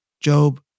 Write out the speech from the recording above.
Job